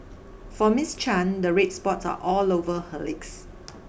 for Miss Chan the red spots are all over her legs